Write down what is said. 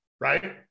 right